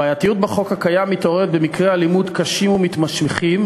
הבעייתיות בחוק הקיים מתעוררת במקרי אלימות קשים ומתמשכים,